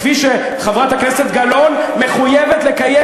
כפי שחברת הכנסת גלאון מחויבת לקיים